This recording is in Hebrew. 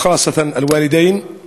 חברי הכנסת, אנחנו